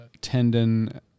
tendon